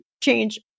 change